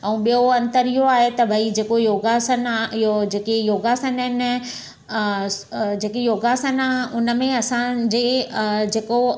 ऐं ॿियों अंतर इहो आहे त भई जेको योगासन आहे इहो जेकी योगासन आहिनि जेकी योगासन आहिनि उनमें असां जे जेको